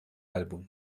álbum